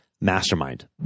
mastermind